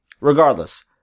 regardless